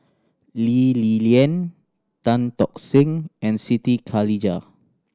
Lee Li Lian Tan Tock Seng and Siti Khalijah